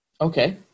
Okay